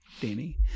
Danny